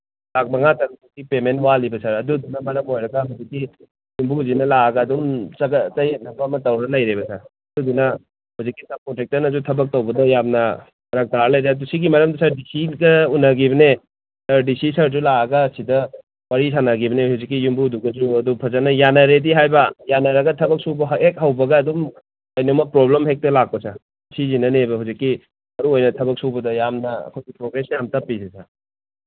ꯂꯥꯈ ꯃꯉꯥ ꯇꯔꯨꯛꯃꯨꯛꯀꯤ ꯄꯦꯃꯦꯟ ꯋꯥꯠꯂꯤꯕ ꯁꯥꯔ ꯑꯗꯨꯗꯨꯅ ꯃꯔꯝ ꯑꯣꯏꯔꯒ ꯍꯧꯖꯤꯛꯀꯤ ꯌꯨꯝꯕꯨꯁꯤꯅ ꯂꯥꯛꯑꯒ ꯑꯗꯨꯝ ꯆꯌꯦꯠꯅꯕ ꯑꯃ ꯇꯧꯔ ꯂꯩꯔꯦꯕ ꯁꯥꯔ ꯑꯗꯨꯗꯨꯅ ꯍꯧꯖꯤꯛꯀꯤ ꯁꯞ ꯀꯣꯟꯇ꯭ꯔꯦꯛꯇꯔꯅꯁꯨ ꯊꯕꯛ ꯇꯧꯕꯗ ꯌꯥꯝꯅ ꯐꯔꯛ ꯇꯥꯔ ꯂꯩꯔꯦ ꯑꯗꯨ ꯁꯤꯒꯤ ꯃꯔꯝꯗ ꯁꯥꯔ ꯗꯤ ꯁꯤꯒ ꯎꯅꯈꯤꯕꯅꯦ ꯁꯥꯔ ꯗꯤ ꯁꯤ ꯁꯥꯔꯁꯨ ꯂꯥꯛꯑꯒ ꯁꯤꯗ ꯋꯥꯔꯤ ꯁꯥꯟꯅꯈꯤꯕꯅꯦ ꯍꯧꯖꯤꯛꯀꯤ ꯌꯨꯝꯕꯨꯗꯨꯒꯁꯨ ꯑꯗꯨ ꯐꯖꯅ ꯌꯥꯅꯔꯦꯗꯤ ꯍꯥꯏꯕ ꯌꯥꯅꯔꯒ ꯊꯕꯛ ꯁꯨꯕ ꯍꯦꯛ ꯍꯧꯕꯒ ꯑꯗꯨꯝ ꯀꯩꯅꯣꯝꯃ ꯄ꯭ꯔꯣꯕ꯭ꯂꯦꯝ ꯍꯦꯛꯇ ꯂꯥꯛꯄ ꯁꯥꯔ ꯁꯤꯁꯤꯅꯅꯦꯕ ꯍꯧꯖꯤꯛꯀꯤ ꯃꯔꯨꯑꯣꯏꯅ ꯊꯕꯛ ꯁꯨꯕꯗ ꯌꯥꯝꯅ ꯑꯩꯈꯣꯏꯒꯤ ꯄ꯭ꯔꯣꯒ꯭ꯔꯦꯁ ꯌꯥꯝꯅ ꯇꯞꯄꯤꯁꯦ ꯁꯥꯔ